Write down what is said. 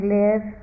live